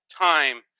time